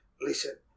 listen